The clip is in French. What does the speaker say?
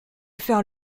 faire